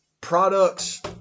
products